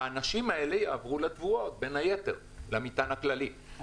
האנשים הלאה יעברו בין היתר לתבואות ולמטען הכללי,